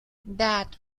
that